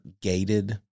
gated